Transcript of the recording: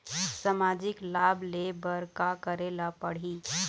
सामाजिक लाभ ले बर का करे ला पड़ही?